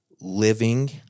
living